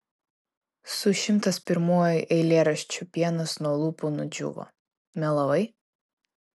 su šimtas pirmuoju eilėraščiu pienas nuo lūpų nudžiūvo melavai